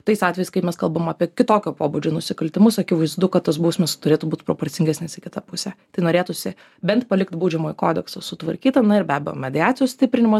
tais atvejais kai mes kalbam apie kitokio pobūdžio nusikaltimus akivaizdu kad tos bausmės turėtų būt proporcingesnės į kitą pusę tai norėtųsi bent palikt baudžiamojo kodekso sutvarkytą na ir be abejo mediacijos stiprinimas